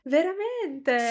Veramente